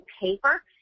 paper